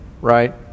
right